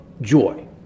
joy